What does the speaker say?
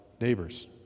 neighbors